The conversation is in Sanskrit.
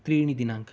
त्रीणि दिनाङ्कः